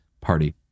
party